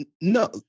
no